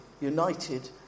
united